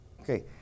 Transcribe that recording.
Okay